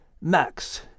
Max